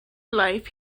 life